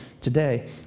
today